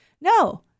No